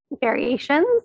variations